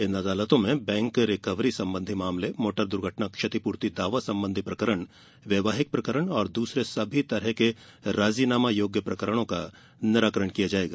इन अदालतों में bank recovery संबंधी मामले मोटर दुर्घटना क्षतिपूर्ति दावा संबंधी प्रकरण वैवाहिक प्रकरण और दूसरे सभी तरह के राजीनामा योग्य प्रकरणों का निराकरण किया जायेगा